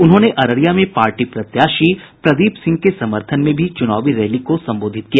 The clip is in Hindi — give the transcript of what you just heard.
उन्होंने अररिया के पार्टी प्रत्याशी प्रदीप सिंह के समर्थन में भी चूनावी रैली को संबोधित किया